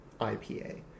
ipa